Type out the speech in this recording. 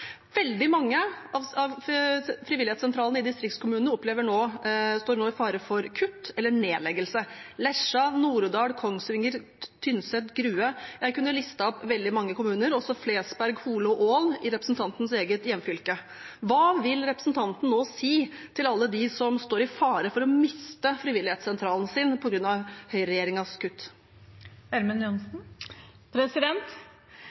Veldig mange av frivilligsentralene i distriktskommunene står nå i fare for kutt eller nedleggelse: Lesja, Nord-Odal, Kongsvinger, Tynset, Grue – jeg kunne listet opp veldig mange kommuner, også Flesberg, Hole og Ål i representantens eget hjemfylke. Hva vil representanten si til alle dem som nå står i fare for å miste frivilligsentralen sin